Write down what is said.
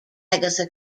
agatha